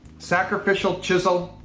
sacrificial chisel.